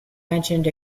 mentioned